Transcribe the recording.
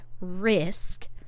risk